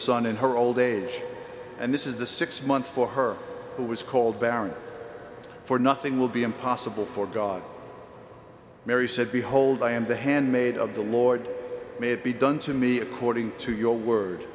son in her old age and this is the six months for her who was called barren for nothing will be impossible for god mary said behold i am the hand made of the lord made be done to me according to your word